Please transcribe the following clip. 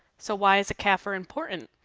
so why is a cafr important?